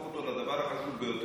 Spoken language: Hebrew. לזנוח?